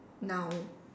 now